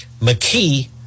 McKee